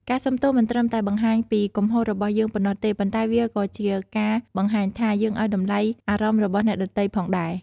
ការសុំទោសមិនត្រឹមតែបង្ហាញពីកំហុសរបស់យើងប៉ុណ្ណោះទេ ប៉ុន្តែវាក៏ជាការបង្ហាញថា យើងឱ្យតម្លៃអារម្មណ៍របស់អ្នកដទៃផងដែរ។